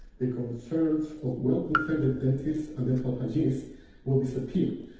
the concerns of well-intended dentists and dental hygienists will disappear.